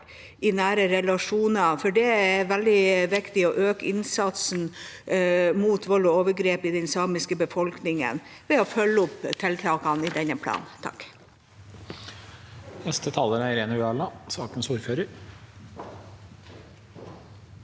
tydelig, og det er veldig viktig å øke innsatsen mot vold og overgrep i den samiske befolkningen ved å følge opp tiltakene i denne planen. Irene